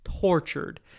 tortured